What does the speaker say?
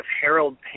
Harold